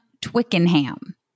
Twickenham